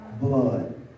Blood